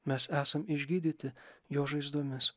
mes esam išgydyti jo žaizdomis